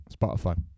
Spotify